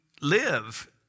live